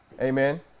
Amen